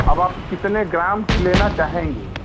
अब आप कितने ग्राम की लेना चाहेंगी